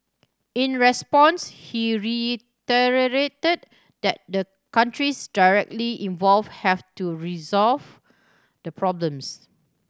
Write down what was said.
in response he reiterated that the countries directly involved have to resolve the problems